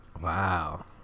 Wow